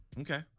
Okay